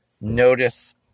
notice